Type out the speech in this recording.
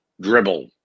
dribble